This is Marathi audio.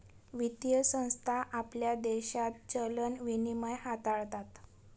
वित्तीय संस्था आपल्या देशात चलन विनिमय हाताळतात